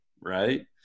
right